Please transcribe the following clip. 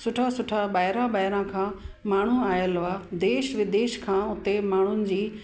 सुठो सुठा ॿाहिरां ॿाहिरां खां माण्हू आयल हुआ देश विदेश खां उते माण्हुनि जी